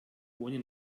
ohne